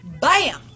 bam